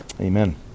Amen